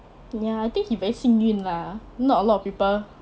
ya I think he very 幸运 lah not a lot of people